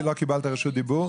כי לא קיבלת רשות דיבור,